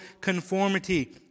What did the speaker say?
conformity